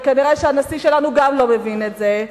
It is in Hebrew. וכנראה גם הנשיא שלנו לא מבין את זה.